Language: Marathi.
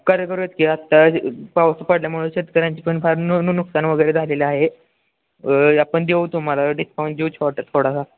करे करूयात की आत्ता पाऊस पडल्यामुळे शेतकऱ्यांची पण फार नु नु नुकसान वगैरे झालेलं आहे आपण देऊ तुम्हाला डिस्काउंट देऊ शॉट थोडासा